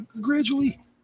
gradually